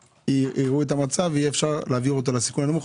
ולאחר 15 שנים יראו את המצב ואפשר יהיה להעביר לסיכון הנמוך,